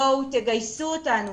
בואו תגייסו אותנו,